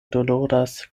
doloras